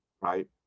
right